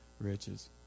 riches